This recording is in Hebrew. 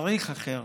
וצריך אחרת.